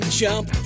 jump